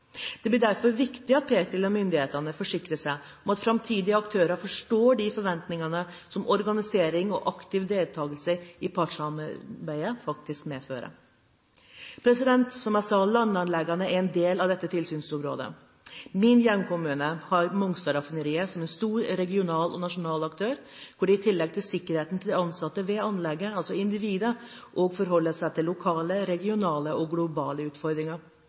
Det blir derfor viktig at Petroleumstilsynet og myndighetene forsikrer seg om at framtidige aktører forstår de forventningene som organiseringen og aktiv deltagelse i partssamarbeidet faktisk medfører. Som sagt; landanleggene er en del av dette tilsynsområdet. Min hjemkommune har Mongstad-raffineriet som en stor, regional og nasjonal aktør, hvor de i tillegg til sikkerheten til de ansatte ved anlegget, altså individet, også forholder seg til lokale, regionale og globale utfordringer.